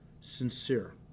sincere